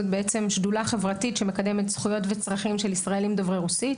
זו שדולה חברתית שמקדמת זכויות וצרכים של ישראלים דוברי רוסית.